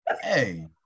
hey